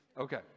Okay